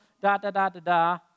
da-da-da-da-da